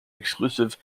exclusive